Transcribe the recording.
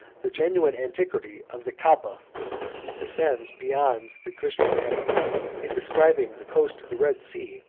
the genuine antiquity of the caaba ascends beyond the christian aera in describing the coast of the red sea,